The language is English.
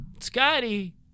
Scotty